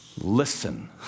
Listen